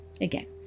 Again